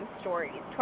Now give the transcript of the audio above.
stories